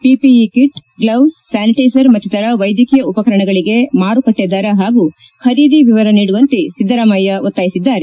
PPE kit gloves sanitiser ಮತ್ತಿತರ ವೈದ್ಯಕೀಯ ಉಪಕರಣಗಳಿಗೆ ಮಾರುಕಟ್ಟೆ ದರ ಹಾಗೂ ಖರೀದಿ ವಿವರ ನೀಡುವಂತೆ ಸಿದ್ದರಾಮಯ್ಯ ಒತ್ತಾಯಿಸಿದ್ದಾರೆ